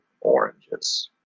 oranges